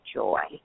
joy